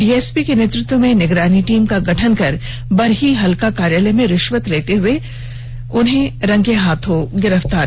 DSP के नेतृत्व में निगरानी टीम का गठन कर बरही हल्का कार्यालय में रिष्वत लेते हुए रंगेहाथ पकड़ा